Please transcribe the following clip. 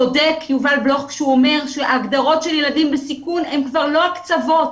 צודק יובל בלוך שאומר שהגדרות של ילדים בסיכון הן כבר לא הקצוות.